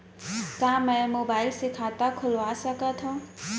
का मैं मोबाइल से खाता खोलवा सकथव?